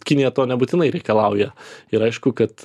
kinija to nebūtinai reikalauja ir aišku kad